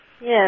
Yes